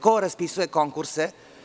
Ko raspisuje konkurse?